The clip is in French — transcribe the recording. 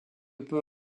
peu